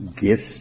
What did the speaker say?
gifts